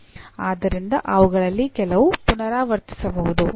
ಆದ್ದರಿಂದ ಅವುಗಳಲ್ಲಿ ಕೆಲವು ಪುನರಾವರ್ತಿಸಬಹುದು